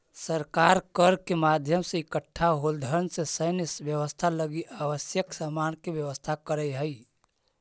सरकार कर के माध्यम से इकट्ठा होल धन से सैन्य व्यवस्था लगी आवश्यक सामान के व्यवस्था करऽ हई